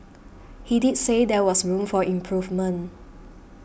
he did say there was room for improvement